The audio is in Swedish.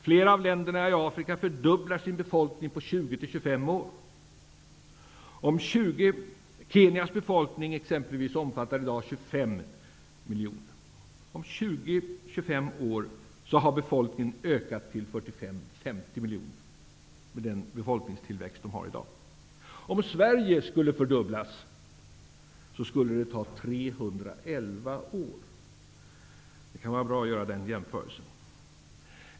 Flera av länderna i Afrika fördubblar sin befolkning på 20--25 år. Kenyas befolkning, exempelvis, omfattar i dag 25 miljoner. Om 20--25 år har befolkningen ökat till 45--50 miljoner med den befolkningstillväxt man har i dag. Det skulle ta 311 år för Sveriges befolkning att fördubblas. Det kan vara bra att göra den jämförelsen.